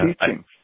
teaching